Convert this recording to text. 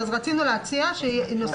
רצינו להציע שנוסיף.